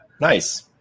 nice